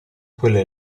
quelle